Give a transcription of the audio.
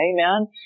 Amen